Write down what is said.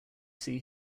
see